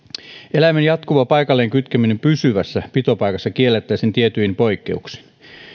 eläimen jatkuva paikalleen kytkeminen pysyvässä pitopaikassa kiellettäisiin tietyin poikkeuksin